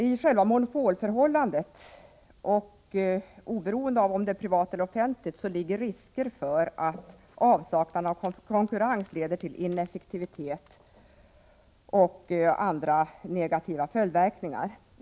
I själva monopolförhållandet, oberoende av om det är privat eller offentligt, ligger risker för att avsaknaden av konkurrens leder till ineffektivitet och andra negativa följdverkningar.